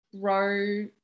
grow